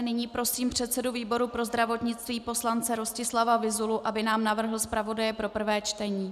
Nyní prosím předsedu výboru pro zdravotnictví poslance Rostislava Vyzulu, aby nám navrhl zpravodaje pro prvé čtení.